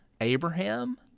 Abraham